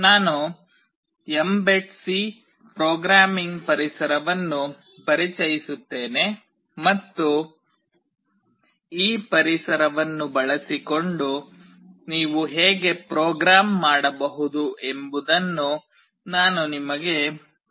ನಾನು mbed C programming ಪರಿಸರವನ್ನು ಪರಿಚಯಿಸುತ್ತೇನೆ ಮತ್ತು ಈ ಪರಿಸರವನ್ನು ಬಳಸಿಕೊಂಡು ನೀವು ಹೇಗೆ ಪ್ರೋಗ್ರಾಂ ಮಾಡಬಹುದು ಎಂಬುದನ್ನು ನಾನು ನಿಮಗೆ ತೋರಿಸುತ್ತೇನೆ